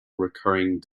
recurring